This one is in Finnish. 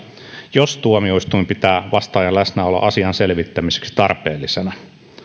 jos tuomioistuin pitää vastaajan läsnäoloa asian selvittämiseksi tarpeellisena